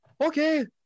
okay